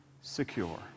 secure